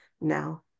now